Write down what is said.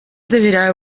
заверяю